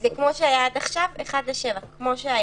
זה כמו שהיה עד עכשיו, 7:1, כמו שהיה.